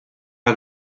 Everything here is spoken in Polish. jak